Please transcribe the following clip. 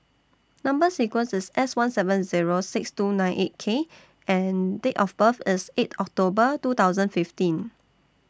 Number sequence IS S one seven Zero six two nine eight K and Date of birth IS eight October two thousand fifteen